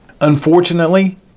Unfortunately